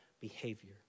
behavior